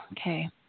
okay